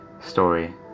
story